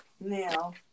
Now